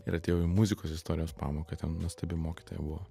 ir atėjau į muzikos istorijos pamoką ten nuostabi mokytoja buvo